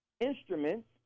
Instruments